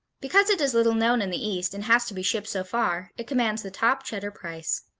because it is little known in the east and has to be shipped so far, it commands the top cheddar price.